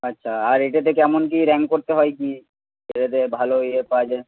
আচ্ছা আর এটাতে কেমন কী র্যাঙ্ক করতে হয় কী এটাতে ভালো ইয়ে পাওয়া যায়